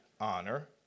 honor